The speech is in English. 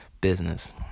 business